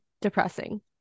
depressing